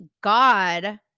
God